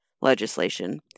legislation